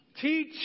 Teach